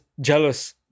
jealous